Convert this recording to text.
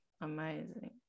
Amazing